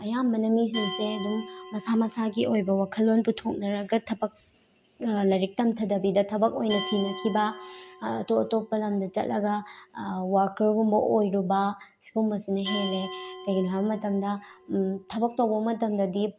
ꯑꯌꯥꯝꯕꯅ ꯃꯤꯁꯤꯡꯁꯦ ꯑꯗꯨꯝ ꯃꯁꯥ ꯃꯁꯥꯒꯤ ꯑꯣꯏꯕ ꯋꯥꯈꯜꯂꯣꯟ ꯄꯨꯊꯣꯛꯅꯔꯒ ꯊꯕꯛ ꯂꯥꯏꯔꯤꯛ ꯇꯝꯊꯗꯕꯤꯗ ꯊꯕꯛ ꯑꯣꯏꯅ ꯊꯤꯅꯈꯤꯕ ꯑꯇꯣꯞ ꯑꯇꯣꯞꯄ ꯂꯝꯗ ꯆꯠꯂꯒ ꯋꯥꯔꯀꯔꯒꯨꯝꯕ ꯑꯣꯏꯔꯨꯕ ꯁꯤꯒꯨꯝꯕꯁꯤꯅ ꯍꯦꯜꯂꯦ ꯀꯩꯒꯤꯅꯣ ꯍꯥꯏꯕ ꯃꯇꯝꯗ ꯊꯕꯛ ꯇꯧꯕ ꯃꯇꯝꯗꯗꯤ